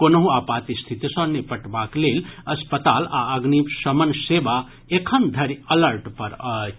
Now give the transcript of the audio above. कोनहुं आपात स्थिति सँ निपटबाक लेल अस्पताल आ अग्निशमन सेवा एखन धरि अलर्ट पर अछि